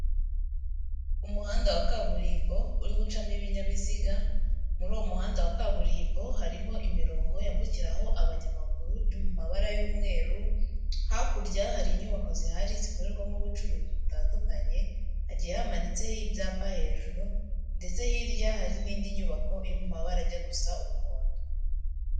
Umuhanda wa kaburimbo uri gucamo ibinyabiziga, muri uwo muhanda wa kaburimbo harimo imirongo yambukiraho abanyamaguru iri mu mabara y'umweru, hakurya hari inyubako zihari zikorerwamo ubucuruzi butandukanye hagiye hamanitseho ibyapa hejuru, ndetse hirya hari n'indi nyubako iri mu mabara ajya gusa umuhondo.